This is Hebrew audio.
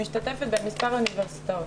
שמשתתפת במספר אוניברסיטאות.